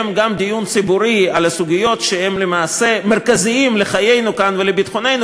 גם דיון ציבורי על סוגיות שהן מרכזיות לחיינו כאן ולביטחוננו,